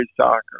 soccer